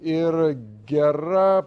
ir gera